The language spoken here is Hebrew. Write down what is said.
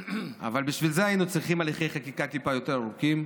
אבל בשביל זה היינו צריכים הליכי חקיקה טיפה יותר ארוכים,